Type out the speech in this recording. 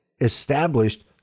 established